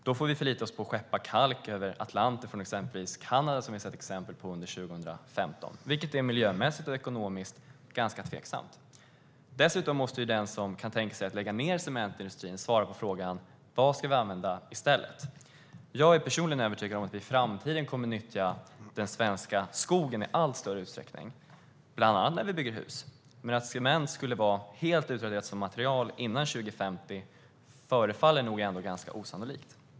Då får vi förlita oss på att skeppa kalk över Atlanten från exempelvis Kanada, som vi har sett exempel på under 2015, vilket är miljömässigt och ekonomiskt ganska tveksamt. Dessutom måste den som kan tänka sig att lägga ned cementindustrin svara på frågan: Vad ska vi använda i stället? Jag är personligen övertygad om att vi i framtiden kommer att nyttja den svenska skogen i allt större utsträckning, bland annat när vi bygger hus. Men att cement skulle vara helt utraderat som material före 2050 förefaller ändå ganska osannolikt.